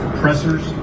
pressers